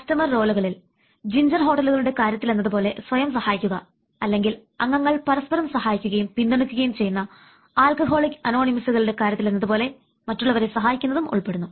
customer റോളുകളിൽ Ginger ഹോട്ടലുകളുടെ കാര്യത്തിൽ എന്നതുപോലെ സ്വയം സഹായിക്കുക അല്ലെങ്കിൽ അംഗങ്ങൾ പരസ്പരം സഹായിക്കുകയും പിന്തുണയ്ക്കുകയും ചെയ്യുന്ന ആൽക്കഹോളിക് അനോണിമസ്കളുടെ കാര്യത്തിലെന്നപോലെ മറ്റുള്ളവരെ സഹായിക്കുന്നതും ഉൾപ്പെടുന്നു